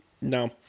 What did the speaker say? No